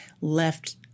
left